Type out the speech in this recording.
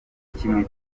kimwe